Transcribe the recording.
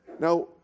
Now